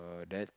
but that